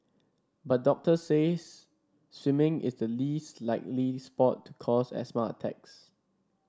but doctors says swimming is the least likely sport to cause asthma attacks